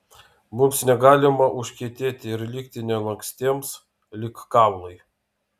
mums negalima užkietėti ir likti nelankstiems lyg kaulai